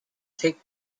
thick